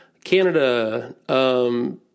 Canada